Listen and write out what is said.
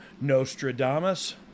Nostradamus